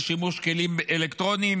בשימוש בכלים אלקטרוניים,